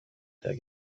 der